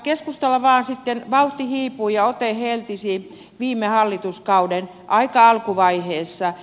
keskustalla vain sitten vauhti hiipui ja ote heltisi viime hallituskauden aika alkuvaiheessa